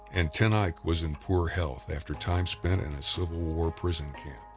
and ten eyck was in poor health after time spent in a civil war prison camp.